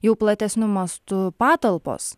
jau platesniu mastu patalpos